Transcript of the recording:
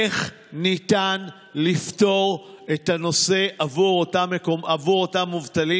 איך ניתן לפתור את הנושא עבור אותם מובטלים